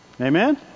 Amen